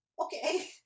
Okay